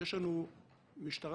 זה דיון פתוח ומשודר ועל כן יש להקפיד